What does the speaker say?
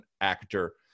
actor